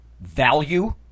value